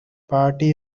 party